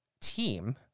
team